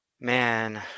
Man